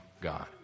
God